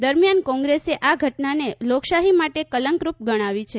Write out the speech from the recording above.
દરમિયાન કોગ્રેસેઆ ઘટનાને લોકશાહી માટે કલંકરૂપ ગણાવી છે